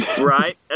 Right